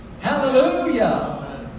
Hallelujah